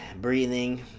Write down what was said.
breathing